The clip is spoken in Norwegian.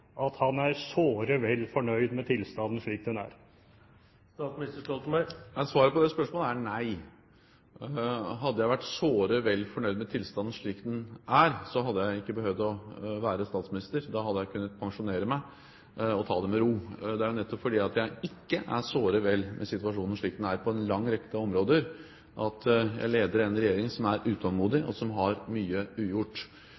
at han er såre vel fornøyd med tilstanden slik den er? Svaret på det spørsmålet er nei. Hadde jeg vært «såre vel fornøyd med tilstanden slik den er», hadde jeg ikke behøvd å være statsminister. Da hadde jeg kunnet pensjonere meg og ta det med ro. Det er jo nettopp fordi jeg ikke er «såre vel fornøyd» med situasjonen slik den er på en lang rekke områder, at jeg leder en regjering som er